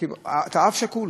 אתה אב שכול,